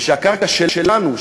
ושהקרקע שלנו,